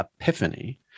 epiphany